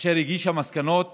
הגישה מסקנות